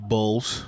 Bulls